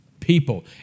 People